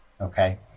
Okay